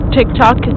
TikTok